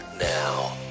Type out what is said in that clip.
now